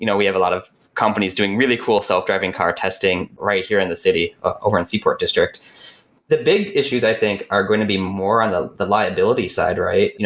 you know we have a lot of companies doing really cool self-driving car testing right here in the city, over in seaport district the big issues i think are going to be more on the the liability side, right?